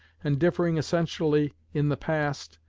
and differing essentially in the past,